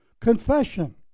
confession